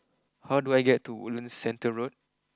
how do I get to Woodlands Centre Road